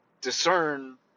discern